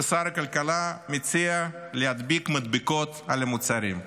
ושר הכלכלה מציע להדביק מדבקות על המוצרים.